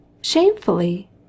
shamefully